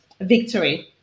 victory